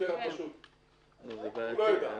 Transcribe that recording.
השוטר הפשוט לא יידע.